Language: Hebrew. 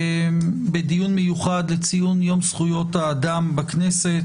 בדיון מיוחד לציון יום זכויות האדם בכנסת.